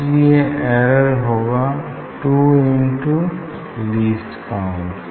इसलिए एरर होगा two into least count